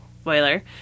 spoiler